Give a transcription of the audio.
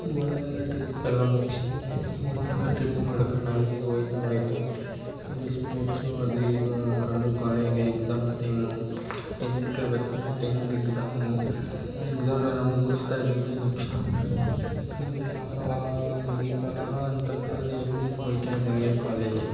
wonder ಲ ಟ್ರಿಪ್ಪೆಲ್ಲ ಮುಗಿಸ್ತೀವಿ ವಂಡರ್ ಲ ಟ್ರಿಪ್ ಮಾಡ್ಕೊಂಡು ಹಂಗೆ ಹೋಗ್ತಾ ಹೋಗ್ತಾ ಬರೀ ಸ್ಪೋರ್ಟ್ಸು ಅದು ಇದು ಅಂದ್ಕೊಂಡು ಕೊನೆಗೆ ಎಕ್ಸಾಮ್ ಟೈಮು ಟೆಂತ್ಗೆ ಬರ್ತೀವಿ ಟೆಂತ್ ಎಕ್ಸಾಮು ಎಕ್ಸಾಮ್ ಎಲ್ಲ ಮುಗಿಸ್ತಾ ಇದ್ದಂತೆ ನೆಕ್ಸ್ಟ್ ಇನ್ನೇನಪ್ಪಾ ಮುಗೀತಲ್ಲ ಅಂತ ಕಾಲೇಜ್ ಲೈಫ್ ಹೋಗ್ತಾ ಇದ್ದಂತೆ ಕಾಲೇಜು